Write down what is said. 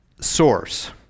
source